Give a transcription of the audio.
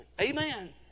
Amen